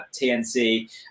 TNC